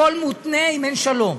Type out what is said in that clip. הכול מותנה אם אין שלום.